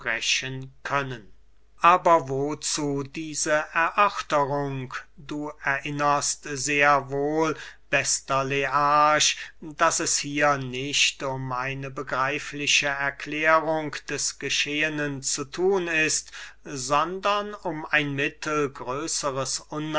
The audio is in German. können aber wozu diese erörterung du erinnerst sehr wohl bester learch daß es hier nicht um eine begreifliche erklärung des geschehenen zu thun ist sondern um ein